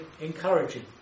encouraging